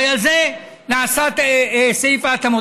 הרי על זה נעשה סעיף ההתאמות.